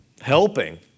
helping